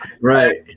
Right